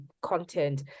content